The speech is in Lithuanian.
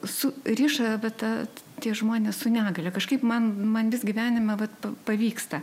su riša va ta tie žmonės su negalia kažkaip man man vis gyvenime vat pavyksta